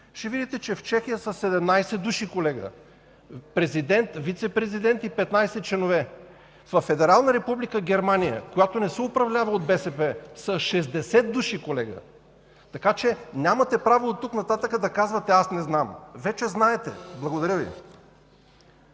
ще видите, че в Чехия са 17 души, колега: президент, вицепрезидент и 15 членове. Във Федерална република Германия, която също не се управлява от БСП, са 60 души, колега! Така че нямате право оттук нататък да казвате: „Аз не знам”. Вече знаете. Благодаря Ви.